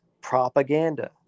propaganda